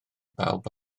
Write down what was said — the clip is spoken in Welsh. bawb